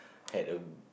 had a